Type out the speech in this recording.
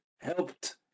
helped